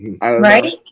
Right